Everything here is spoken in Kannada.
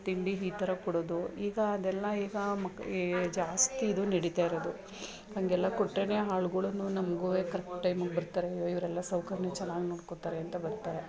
ತಿಂಡಿ ಈ ಥರ ಕೊಡೋದು ಈಗ ಅದೆಲ್ಲ ಈಗ ಮಕ್ ಈ ಜಾಸ್ತಿ ಇದು ನಡಿತಾಯಿರೋದು ಹಂಗೆಲ್ಲ ಕೊಟ್ಟರೇನೆ ಆಳ್ಗಳುನು ನಮ್ಗೂ ಕರೆಕ್ಟ್ ಟೈಮಿಗೆ ಬರ್ತಾರೆ ಅಯ್ಯೋ ಇವರೆಲ್ಲ ಸಾಹುಕಾರ್ನವ್ರ್ ಚೆನ್ನಾಗಿ ನೋಡ್ಕೊಳ್ತಾರೆ ಅಂತ ಬರ್ತಾರೆ